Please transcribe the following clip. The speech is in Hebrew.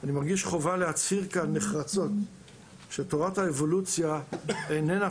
אני מרגיש חובה להצהיר כאן נחרצות שתורת האבולוציה איננה